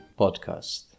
Podcast